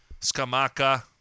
Skamaka